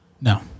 No